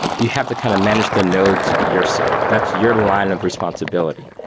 you have to kind of manage the nodes yourself. that's your line of responsibility.